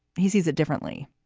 he sees it differently.